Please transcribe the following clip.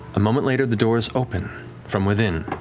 a moment later, the doors open from within.